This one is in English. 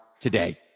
today